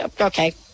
Okay